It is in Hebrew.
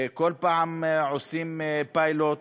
כל פעם עושים פיילוט